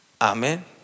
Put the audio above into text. Amen